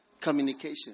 communication